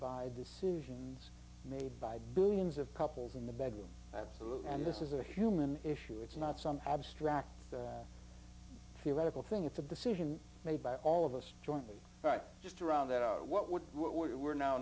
by decisions made by billions of couples in the bedroom absolutely and this is a human issue it's not some abstract theoretical thing it's a decision made by all of us jointly right just around out what would what we were no